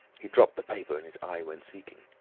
he dropped the paper, and his eye went seeking.